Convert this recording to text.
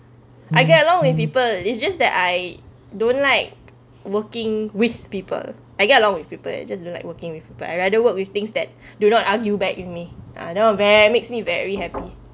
I get along with people it's just that I don't like working with people I get along with people I just don't like working with people I rather work with things that do not argue back with me ah that one ve~ makes me very happy